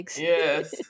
yes